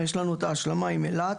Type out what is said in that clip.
יש לנו את ההשלמה עם אילת